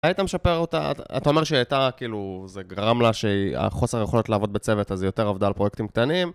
היית משפר אותה, אתה אומר שהייתה כאילו, זה גרם לה שהחוסר יכולת לעבוד בצוות, אז היא יותר עבדה על פרויקטים קטנים.